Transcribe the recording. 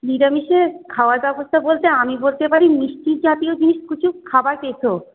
নিরামিষের খাওয়ার ব্যবস্থা বলতে আমি বলতে পারি মিষ্টি জাতীয় জিনিস কিছু খাবার রেখো